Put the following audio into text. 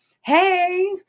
hey